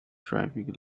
driving